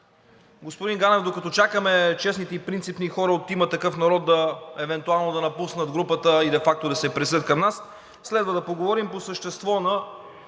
Господин Ганев, докато чакаме честните и принципни хора от „Има такъв народ“ евентуално да напуснат групата и де факто да се присъединят към нас, следва да поговорим по същество на